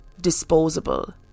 disposable